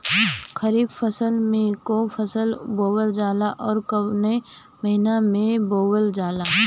खरिफ में कौन कौं फसल बोवल जाला अउर काउने महीने में बोवेल जाला?